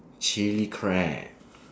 chilli crab